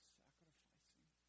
sacrificing